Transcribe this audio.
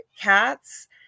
cats